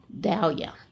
Dahlia